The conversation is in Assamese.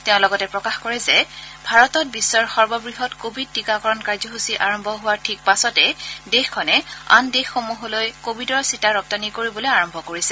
তেওঁ লগতে কয় যে ভাৰতত বিশ্বৰ সৰ্ববৃহৎ কোৱিড টীকাকৰণ কাৰ্যসূচী আৰম্ভ হোৱাৰ ঠিক পাছতে দেশখনে আন দেশসমূহলৈও কোৱিডৰ ছিতা ৰপ্তানী কৰিবলৈ আৰম্ভ কৰিছে